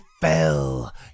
fell